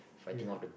ya